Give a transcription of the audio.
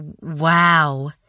wow